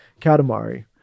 Katamari